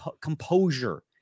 composure